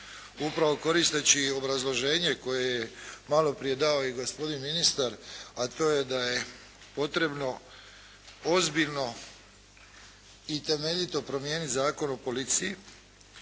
Upravo koristeći obrazloženje koje je maloprije dao i gospodin ministar a to je da je potrebno ozbiljno i temeljito promijeniti Zakon o policiji.